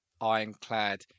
ironclad